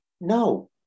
no